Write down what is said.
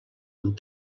amb